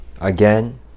again